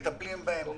מטפלים בהן,